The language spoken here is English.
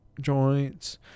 joints